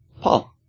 Paul